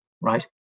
right